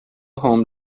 home